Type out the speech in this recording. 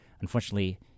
unfortunately